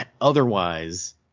otherwise